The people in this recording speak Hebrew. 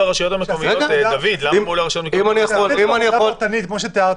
עבודה פרטנית כמו שתיארתם,